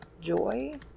joy